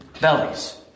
bellies